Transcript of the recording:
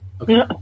Okay